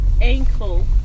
ankle